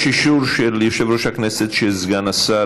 יש אישור של יושב-ראש הכנסת שסגן השר,